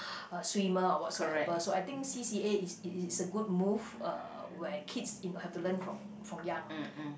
uh swimmer or what so ever so I think C_C_A is it is a good move uh where kids you know have to learn from from young